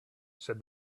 said